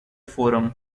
forum